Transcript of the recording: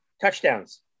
touchdowns